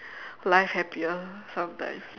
life happier sometimes